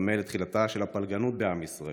מסמל את תחילתה של הפלגנות בעם ישראל,